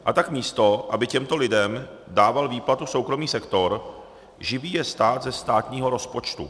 A tak místo aby těmto lidem dával výplatu soukromý sektor, živí je stát ze státního rozpočtu.